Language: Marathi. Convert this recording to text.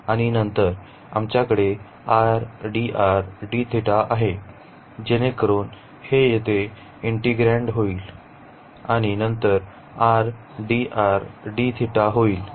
आणि नंतर आमच्याकडे आहे जेणेकरून हे येथे इंटीग्रँड होईल आणि नंतर r dr dθ होईल